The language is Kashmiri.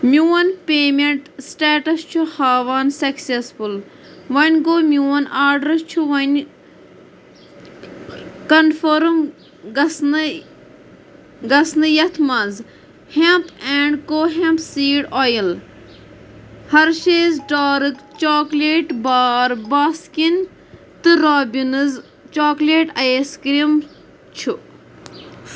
میون پیمٮ۪نٛٹ سٕٹیٹَس چھُ ہاوان سٮ۪کسٮ۪سفُل وۄنۍ گوٚو میون آڈَر چھُ وٕنہِ کنفٔرٕم گژھنَے گژھنَے یَتھ منٛز ہٮ۪نٛپ اینٛڈ کوہٮ۪نٛپ seed oil Hershey's dark chocolate bar Baskin تہٕ رابِنٕز چاکلیٹ آیِس کِرٛیٖم چھُ